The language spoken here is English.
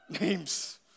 Names